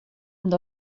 und